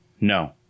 No